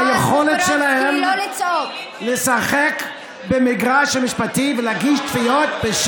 מהיכולת שלהם לשחק במגרש המשפטי ולהגיש תביעות,